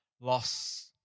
loss